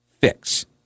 fix